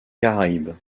caraïbes